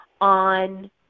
on